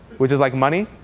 which is like money.